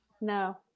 No